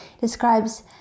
describes